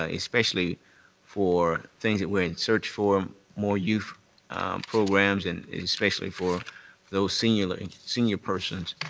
ah especially for things that we're in search for, more youth programs and especially for those senior and senior persons,